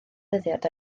dyddiad